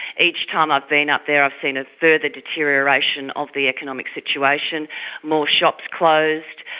each time i've been up there i've seen a further deterioration of the economic situation more shops closed,